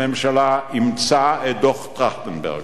הממשלה אימצה את דוח-טרכטנברג,